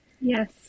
Yes